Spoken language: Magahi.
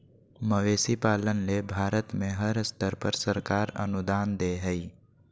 मवेशी पालन ले भारत में हर स्तर पर सरकार अनुदान दे हई